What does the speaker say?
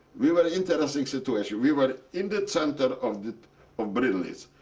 we were interesting situation. we were in the center of of brinnlitz.